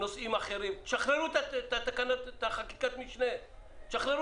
שזה חוק חדש שכבר נחקק